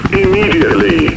immediately